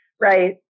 Right